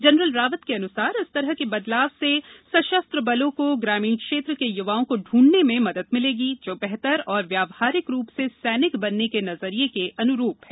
general Rawat के अनुसार इस तरह के बदलाव से सशस्त्र बलों को ग्रामीण क्षेत्र के युवाओं को ढूंढने में मदद मिलेगी जो बेहतर और व्यावहारिक रूप से सैनिक बनने के नजरिये के अनुरूप है